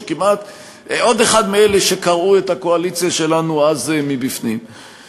עוד אחד מאלה שקרעו את הקואליציה שלנו אז מבפנים.